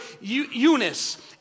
Eunice